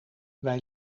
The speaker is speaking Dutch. wij